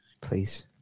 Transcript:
Please